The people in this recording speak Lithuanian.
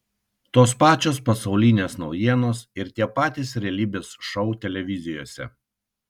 tos pačios pasaulinės naujienos ir tie patys realybės šou televizijose